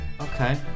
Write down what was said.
Okay